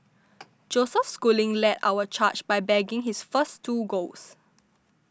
Joseph Schooling led our charge by bagging his first two golds